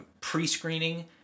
pre-screening